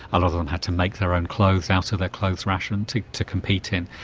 a lot of them had to make their own clothes out of their clothes ration to to compete in,